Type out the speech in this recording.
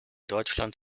deutschland